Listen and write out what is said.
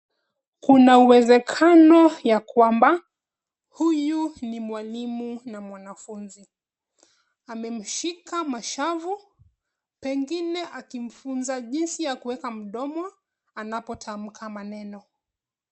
Kuna uwezekano ya kwamba huyu ni mwalimu na mwanafunzi. Amemshika mashavu pengine akimfunza jinsi ya kuweka mdomo anapotamka maneno.